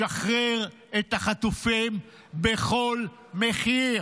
לשחרר את החטופים בכל מחיר,